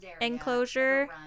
enclosure